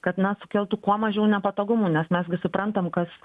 kad na sukeltų kuo mažiau nepatogumų nes mes gi suprantam kas